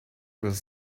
was